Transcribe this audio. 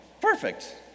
Perfect